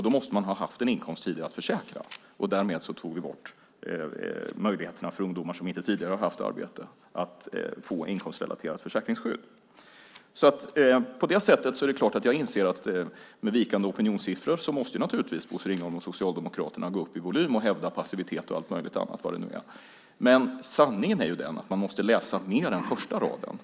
Då måste man ha haft en inkomst tidigare att försäkra. Därmed tog vi bort möjligheterna för ungdomar som tidigare inte har haft arbete att få inkomstrelaterat försäkringsskydd. På det sättet inser jag att med vikande opinionssiffror måste naturligtvis Bosse Ringholm och Socialdemokraterna gå upp i volym och hävda passivitet och allt möjligt annat. Sanningen är att man måste läsa mer än första raden.